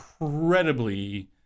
incredibly